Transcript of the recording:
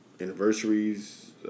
anniversaries